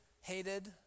hated